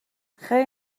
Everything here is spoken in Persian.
خیر